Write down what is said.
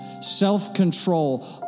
self-control